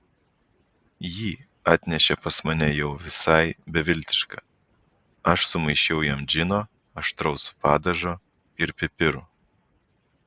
jį atnešė pas mane jau visai beviltišką aš sumaišiau jam džino aštraus padažo ir pipirų